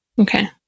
Okay